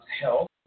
health